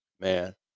man